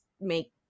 make